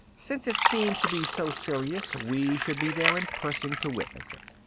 since it seems to be so serious, we should be there in person to witness it.